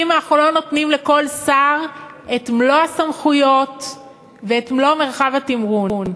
אם אנחנו לא נותנים לכל שר את מלוא הסמכויות ואת מלוא מרחב התמרון.